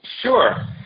Sure